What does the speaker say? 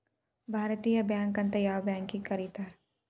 ಭಾರತೇಯ ಬ್ಯಾಂಕ್ ಅಂತ್ ಯಾವ್ ಬ್ಯಾಂಕಿಗ್ ಕರೇತಾರ್?